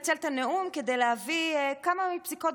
החלטתי לנצל את הנאום כדי להביא כמה מפסיקות